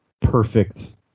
perfect